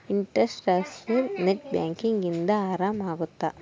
inter transfer net banking ಇಂದ ಆರಾಮ ಅಗುತ್ತ